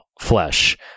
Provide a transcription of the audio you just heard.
flesh